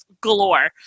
galore